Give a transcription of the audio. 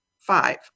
Five